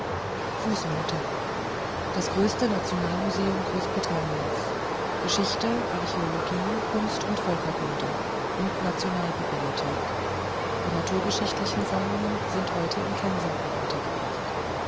fußnote größtes nationalmuseum großbritanniens geschichte archäologie kunst und völkerkunde und nationalbibliothek die naturgeschichtlichen sammlungen sind heute in kensington untergebracht